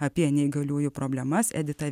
apie neįgaliųjų problemas edita